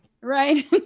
Right